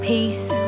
Peace